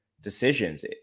decisions